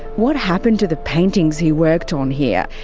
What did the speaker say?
what happened to the paintings he worked on here?